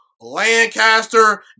Lancaster